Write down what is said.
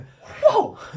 whoa